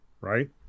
right